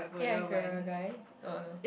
ya if you're a guy oh no